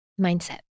mindset